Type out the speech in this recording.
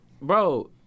bro